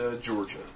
Georgia